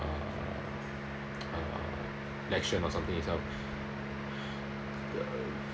uh uh election or something itself